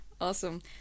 Awesome